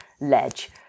ledge